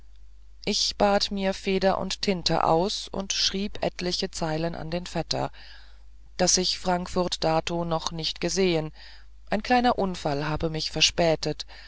ich bat mir feder und tinte aus und schrieb etliche zeilen an den vetter daß ich frankfurt dato noch nicht gesehen ein kleiner unfall habe mich verspätet